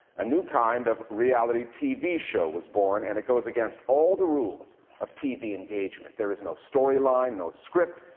a new kind of reality tv show was born, and it goes against all the rules of tv engagement. there is no story line, no script,